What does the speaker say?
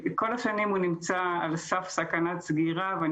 כל השנים הוא נמצא על סף סכנת סגירה ואני